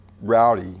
rowdy